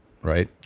Right